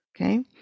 okay